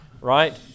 right